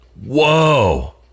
whoa